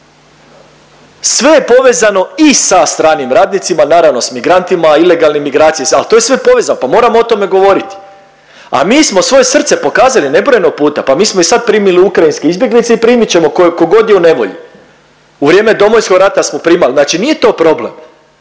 sve je povezano i sa stranim radnicima, naravno s migrantima, ilegalnim migracije al to je sve povezano pa moramo o tome govoriti, a mi smo svoje srce pokazali nebrojeno puta, pa mi smo i sad primili ukrajinske izbjeglice i primit ćemo ko god je u nevolji. U vrijeme Domovinskog rata smo primali, znači nije to problem,